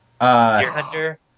Hunter